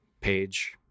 page